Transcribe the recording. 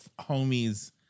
homies